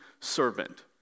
servant